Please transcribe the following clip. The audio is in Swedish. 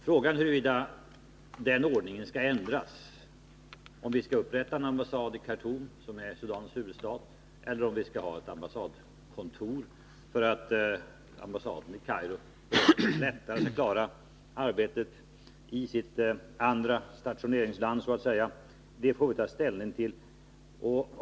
Frågan om huruvida den ordningen skall ändras — om vi skall upprätta en ambassad i Sudans huvudstad Khartoum eller om vi skall inrätta ett ambassadkontor för att ambassaden i Kairo på det sättet lättare skall klara arbetet i sitt så att säga andra stationeringsland — får vi ta ställning till.